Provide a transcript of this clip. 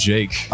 Jake